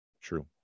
True